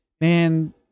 man